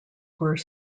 were